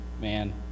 man